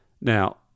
Now